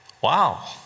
Wow